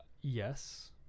Yes